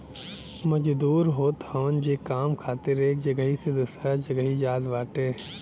मजदूर होत हवन जे काम खातिर एक जगही से दूसरा जगही जात बाटे